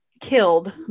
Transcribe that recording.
killed